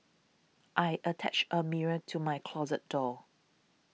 I attached a mirror to my closet door